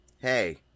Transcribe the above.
hey